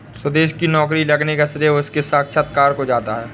सुदेश की नौकरी लगने का श्रेय उसके साक्षात्कार को जाता है